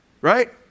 Right